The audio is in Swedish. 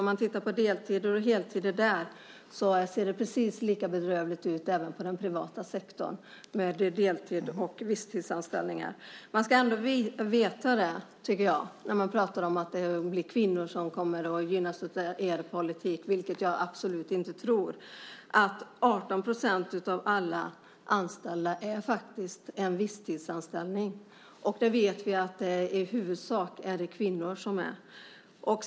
Om man tittar på deltider och heltider märker man att det ser precis lika bedrövligt ut även på den privata sektorn med deltider och visstidsanställningar. Man ska ändå veta det när man talar om att det blir kvinnor som gynnas av er politik, vilket jag absolut inte tror. Av alla anställningar är 18 % en visstidsanställning. Vi vet att det i huvudsak är kvinnor som har det.